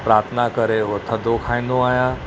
प्रार्थना करे उहो थधो खाईंदो आहियां